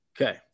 Okay